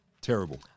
terrible